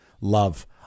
Love